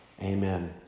Amen